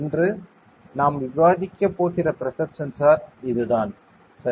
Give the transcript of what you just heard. இன்று நாம் விவாதிக்கப் போகிற பிரஷர் சென்சார் இதுதான் சரி